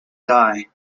die